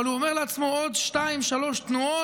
אבל הוא אומר לעצמו: עוד שתיים, שלוש תנועות